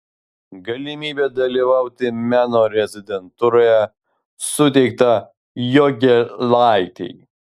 galimybė dalyvauti meno rezidentūroje suteikta jogėlaitei